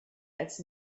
als